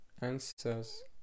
answers